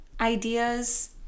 ideas